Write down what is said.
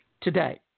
today